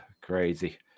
Crazy